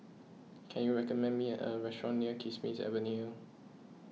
can you recommend me a restaurant near Kismis Avenue